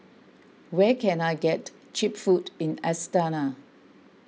where can I get Cheap Food in Astana